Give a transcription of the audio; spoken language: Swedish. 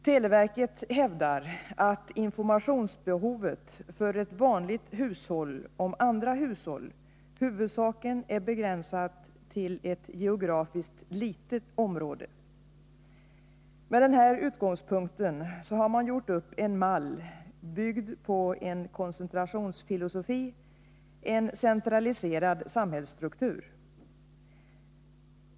Televerket hävdar att ett vanligt hushållsbehov av information om andra hushåll huvudsakligen är begränsat till ett geografiskt litet område. Från denna utgångspunkt har man gjort upp en mall, byggd på en koncentrationsfilosofi, en centraliserad samhällsstruktur.